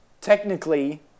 technically